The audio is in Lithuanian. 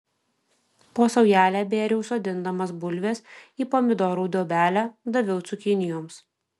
po saujelę bėriau sodindamas bulves į pomidorų duobelę daviau cukinijoms